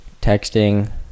texting